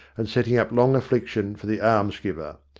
and setting up long affliction for the almsgiver.